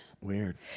Weird